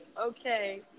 Okay